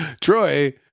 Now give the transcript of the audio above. Troy